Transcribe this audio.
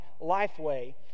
LifeWay